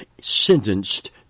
sentenced